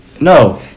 No